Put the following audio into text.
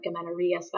amenorrhea